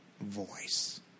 voice